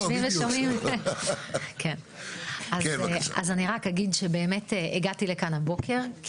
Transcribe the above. אני רק אגיד שבאמת הגעתי לכאן הבוקר כי